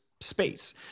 space